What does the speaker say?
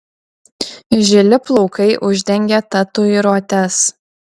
žili plaukai uždengė tatuiruotes